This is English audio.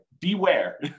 beware